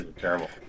terrible